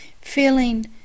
Feeling